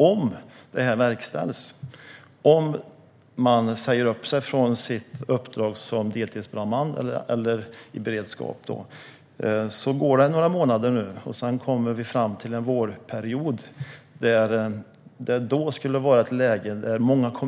Om detta verkställs och de säger upp sig från sina uppdrag som deltidsbrandmän eller i beredskap kommer det, om några månader när vi kommer vi fram till vårperioden, att bli ett läge där många berörda